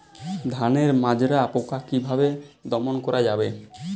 ধানের মাজরা পোকা কি ভাবে দমন করা যাবে?